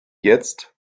jetzt